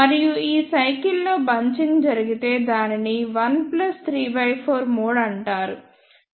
మరియు ఈ సైకిల్ లో బంచింగ్ జరిగితే దానిని 1 34 మోడ్ అంటారు